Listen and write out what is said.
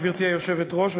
גברתי היושבת-ראש,